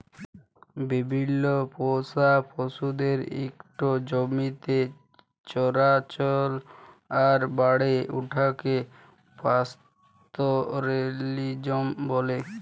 বিভিল্ল্য পোষা পশুদের ইকট জমিতে চরাল আর বাড়ে উঠাকে পাস্তরেলিজম ব্যলে